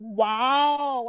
wow